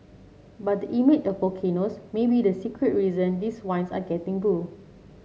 but the image of volcanoes may be the secret reason these wines are getting bu